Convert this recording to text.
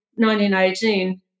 1918